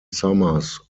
somers